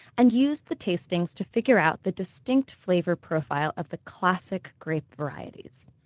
and used the tastings to figure out the distinct flavor profiles of the classic grape varieties.